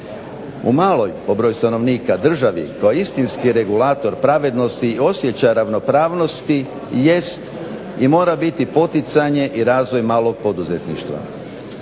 U maloj po broju stanovnika državi koja je istinski rezultat pravednosti i osjećaja ravnospravnsti jest mora biti poticanje i razvoj malog poduzetništva.